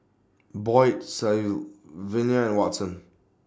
Boyd Sylvania William Watson